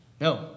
No